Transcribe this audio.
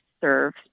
serve